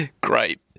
Great